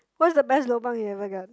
what's the best lobang you ever got